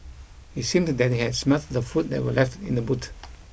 it seemed that they had smelt the food that were left in the boot